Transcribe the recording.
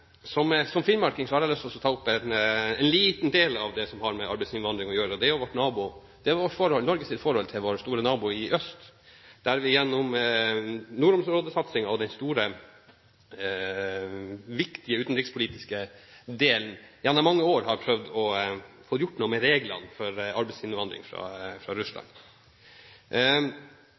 Som finnmarking har jeg lyst til å ta opp en liten del av det som har med arbeidsinnvandring å gjøre, nemlig Norges forhold til vår store nabo i øst. Vi har gjennom nordområdesatsingen og den store, viktige utenrikspolitiske delen gjennom mange år prøvd å gjøre noe med reglene for arbeidsinnvandring fra Russland.